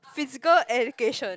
Physical Education